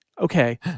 Okay